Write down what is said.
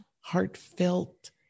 heartfelt